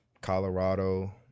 Colorado